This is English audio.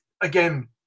again